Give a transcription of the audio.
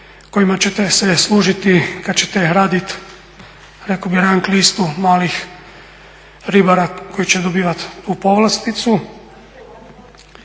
kojima ćete se služiti kada ćete raditi rekao bih rang listu malih ribara koji će dobivati tu povlasticu.